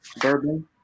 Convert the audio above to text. bourbon